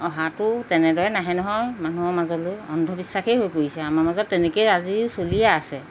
অহাটো তেনেদৰে নাহে নহয় মানুহৰ মাজলৈ অন্ধবিশ্বাসেই হৈ পৰিছে আমাৰ মাজত তেনেকেই আজিও চলিয়ে আছে